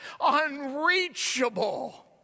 unreachable